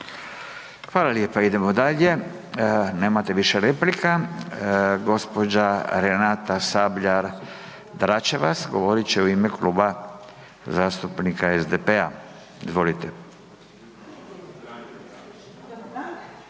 Hvala lijepa. Idemo dalje. Nemate više replika. Gospođa Renata Sabljar DRačevac govorit će u ime Kluba zastupnika SDP-a. Izvolite.